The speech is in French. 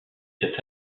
cet